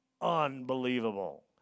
unbelievable